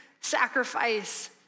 sacrifice